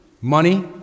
Money